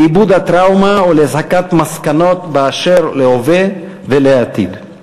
לעיבוד הטראומה ולהסקת מסקנות באשר להווה ולעתיד.